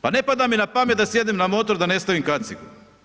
Pa ne pada mi na pamet da sjednem na motor da ne stavim kacigu.